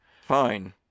Fine